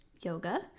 Yoga